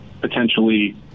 potentially